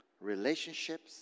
relationships